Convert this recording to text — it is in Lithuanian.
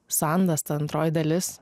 sandasta antroji dalis